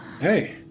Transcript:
Hey